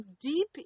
deep